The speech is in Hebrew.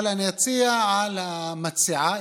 אבל אציע למציעה,